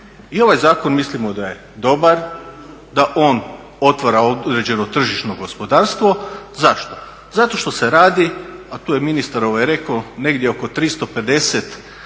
I ovaj zakon mislimo da je dobar, da on otvara određeno tržišno gospodarstvo. Zašto? Zato što se radi a to je ministar rekao negdje oko 350